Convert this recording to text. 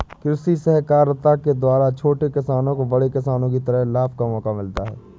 कृषि सहकारिता के द्वारा छोटे किसानों को बड़े किसानों की तरह लाभ का मौका मिलता है